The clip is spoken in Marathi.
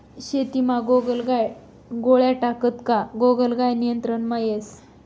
शेतीमा गोगलगाय गोळ्या टाक्यात का गोगलगाय नियंत्रणमा येस